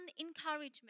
encouragement